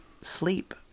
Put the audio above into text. sleep